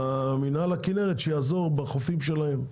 ושמינהל הכנרת יעזור בחופים שלהם,